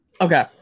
Okay